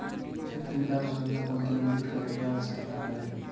क्षेत्र विकास योजना को निलंबित करे के आवश्यकता हलइ